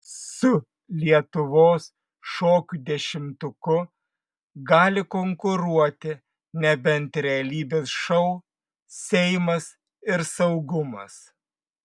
su lietuvos šokių dešimtuku gali konkuruoti nebent realybės šou seimas ir saugumas